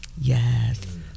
yes